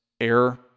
air